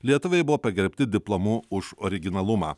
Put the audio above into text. lietuviai buvo pagerbti diplomu už originalumą